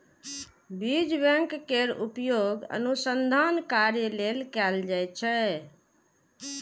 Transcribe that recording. बीज बैंक केर उपयोग अनुसंधान कार्य लेल कैल जाइ छै